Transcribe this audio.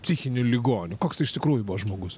psichiniu ligoniu koks iš tikrųjų buvo žmogus